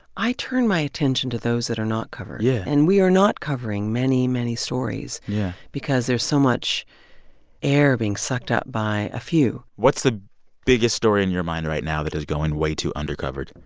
i turn my attention to those that are not covered yeah and we are not covering many, many stories yeah because there's so much air being sucked up by a few what's the biggest story in your mind right now that is going way too under-covered?